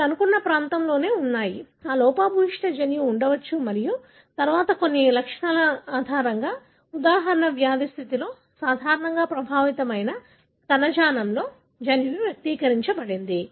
మీరు అనుకున్న ప్రాంతంలోనే ఉన్నాయి ఆ లోపభూయిష్ట జన్యువు ఉండవచ్చు మరియు తరువాత కొన్ని లక్షణాల ఆధారంగా ఉదాహరణకు వ్యాధి స్థితిలో సాధారణంగా ప్రభావితమైన కణజాలంలో జన్యువు వ్యక్తీకరించబడింది